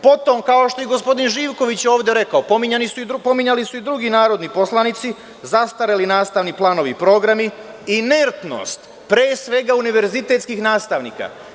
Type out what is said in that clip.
Potom, kao što je i gospodin Živković ovde rekao, pominjali su i drugi narodni poslanici, zastareli nastavni planovi i programi, inertnost univerzitetskih nastavnika.